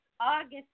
August